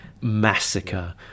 massacre